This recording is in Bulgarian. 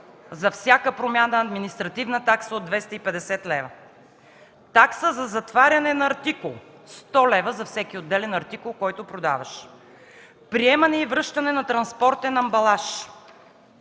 за всяка промяна – административна такса от 250 лв.; - такса за затваряне на артикул – 100 лв. за всеки отделен артикул, който продаваш; - приемане и връщане на транспортен амбалаж;